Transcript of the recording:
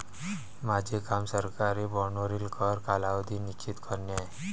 माझे काम सरकारी बाँडवरील कर कालावधी निश्चित करणे आहे